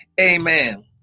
amen